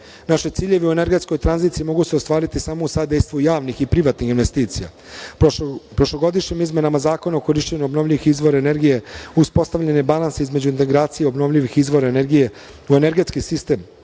ciljevi u energetskoj tranziciji mogu se ostvariti samo u sadejstvu javnih i privatnih investicija. Prošlogodišnjim izmenama Zakona o korišćenju obnovljivih izvora energije uspostavljen je balans između integracija i obnovljivih izvora energije u energetski sistem